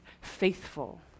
faithful